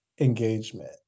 engagement